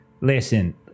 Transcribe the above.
Listen